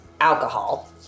alcohol